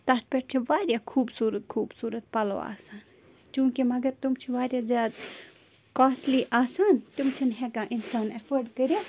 تتھ پٮ۪ٹھ چھِ واریاہ خوٗبصورت خوٗبصورت پَلَو آسان چونکہِ مگر تِم چھِ واریاہ زیادٕ کاسلی آسان تِم چھِنہٕ ہٮ۪کان اِنسان اٮ۪فٲڈ کٔرِتھ